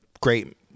great